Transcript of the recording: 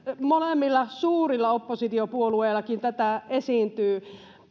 molemmilla suurilla oppositiopuolueillakin tätä esiintyy